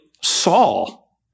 Saul